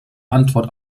antwort